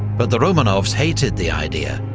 but the romanovs hated the idea,